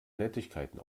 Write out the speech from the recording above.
nettigkeiten